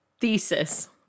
thesis